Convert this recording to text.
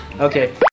Okay